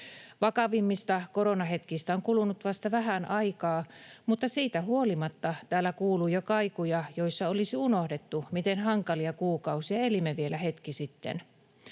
Vakavimmista koronahetkistä on kulunut vasta vähän aikaa, mutta siitä huolimatta täällä kuuluu jo kaikuja siitä, että olisi unohdettu, miten hankalia kuukausia elimme vielä hetki sitten.